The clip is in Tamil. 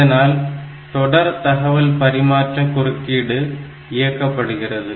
இதனால் தொடர் தகவல் பரிமாற்ற குறுக்கீடு இயக்கப்படுகிறது